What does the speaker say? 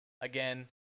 Again